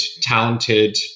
talented